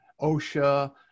OSHA